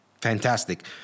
fantastic